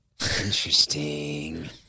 Interesting